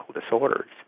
disorders